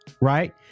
Right